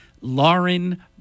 Lauren